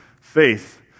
Faith